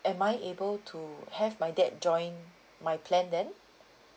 am I able to have my dad join my plan then